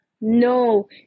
No